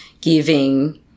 giving